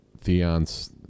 Theon's